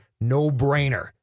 no-brainer